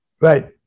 right